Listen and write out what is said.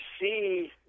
see